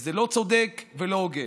וזה לא צודק ולא הוגן.